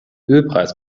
ölpreis